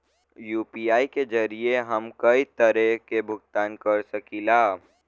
UPI के जरिये हम कई तरे क भुगतान कर सकीला